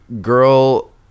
girl